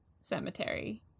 cemetery